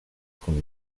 con